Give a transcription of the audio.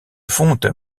fonte